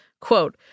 quote